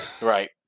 Right